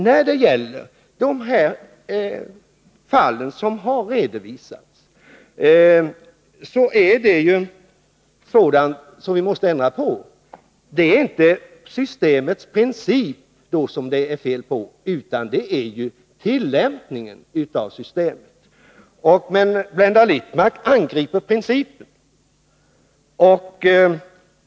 När det gäller de fall som har redovisats handlar ju de om sådant som vi måste ändra på. Blenda Littmarck angriper principen bakom systemet, men det är inte principen som det är fel på, utan det är tillämpningen av systemet.